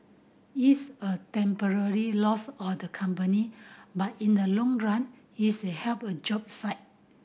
it's a temporary loss of the company but in the long run it's a help a job site